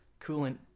coolant